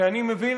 כי אני מבין,